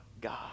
God